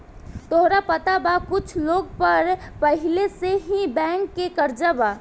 तोहरा पता बा कुछ लोग पर पहिले से ही बैंक के कर्जा बा